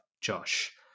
Josh